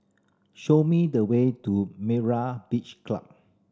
show me the way to Myra Beach Club